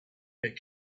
get